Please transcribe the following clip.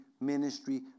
ministry